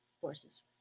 forces